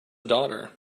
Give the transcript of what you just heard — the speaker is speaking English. daughter